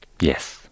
Yes